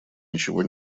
ничего